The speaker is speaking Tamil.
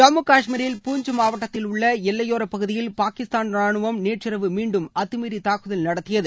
ஜம்மு கஷ்மீரில் பூஞ்ச் மாவட்டத்தில் உள்ள எல்லையோர பகுதியில் பாகிஸ்தான் ராணுவம் நேற்றிரவு மீண்டும் அத்துமீறி தாக்குதல் நடத்தியது